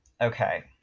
Okay